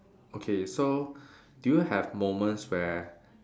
okay so do you have moments where